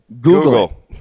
Google